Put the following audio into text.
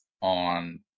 on